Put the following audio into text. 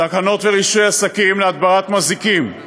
תקנות רישוי עסקים להדברת מזיקים,